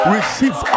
Receive